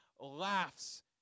laughs